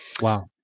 Wow